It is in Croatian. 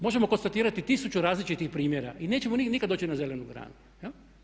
Možemo konstatirati tisuću različitih primjera i nećemo nikad doći na zelenu granu.